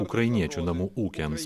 ukrainiečių namų ūkiams